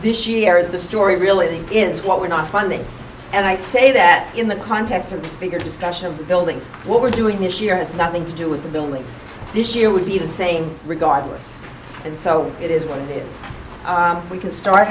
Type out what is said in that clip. this year the story really is what we're not finding and i say that in the context of this bigger discussion of the buildings what we're doing this year has nothing to do with the buildings this year would be the same regardless and so it is with if we can start